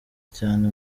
cyane